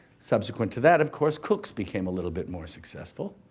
subsequent to that, of course, cooks became a little bit more successful.